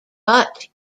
but